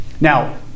now